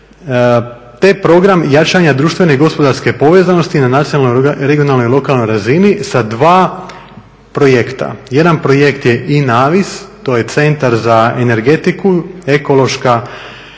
Te program jačanja društvene i gospodarske povezanosti na nacionalnoj, regionalnoj i regionalnoj razini sa 2 projekta. Jedan projekt je i Navis to je centar za energetiku, energetska,